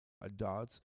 adults